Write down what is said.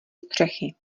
střechy